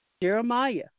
Jeremiah